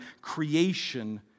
creation